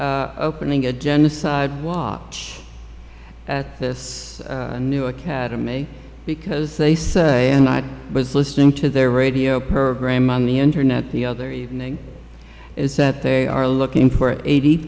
also opening a genocide watch at this new academy because they say and i was listening to their radio program on the internet the other evening is that they are looking for eighty